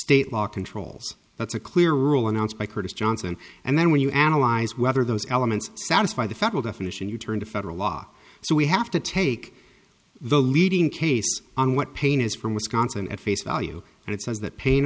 state law controls that's a clear rule announced by curtis johnson and then when you analyze whether those elements satisfy the federal definition you turn to federal law so we have to take the leading case on what pain is from wisconsin at face value and it says that pai